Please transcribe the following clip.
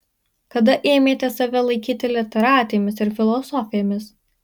kada ėmėte save laikyti literatėmis ir filosofėmis